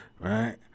right